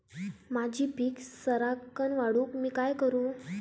माझी पीक सराक्कन वाढूक मी काय करू?